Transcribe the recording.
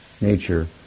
nature